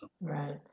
Right